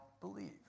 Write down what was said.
believe